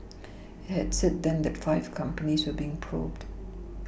it had said then that five companies were being probed